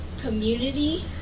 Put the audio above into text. community